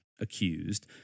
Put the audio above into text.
accused